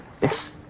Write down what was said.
Yes